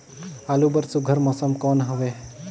आलू बर सुघ्घर मौसम कौन हवे?